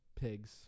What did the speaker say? Pigs